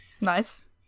Nice